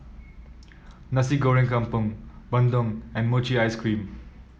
Nasi Goreng Kampung bandung and Mochi Ice Cream